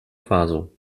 faso